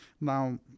Now